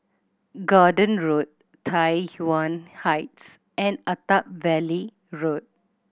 Gordon Road Tai Yuan Heights and Attap Valley Road